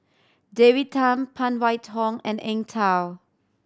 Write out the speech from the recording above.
David Tham Phan Wait Hong and Eng Tow